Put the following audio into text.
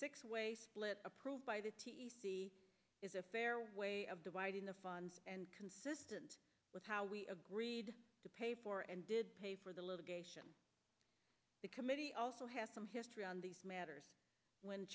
six split approved by the t e c is a fair way of dividing the funds and consistent with how we agreed to pay for and did pay for the litigation the committee also had some history on these matters when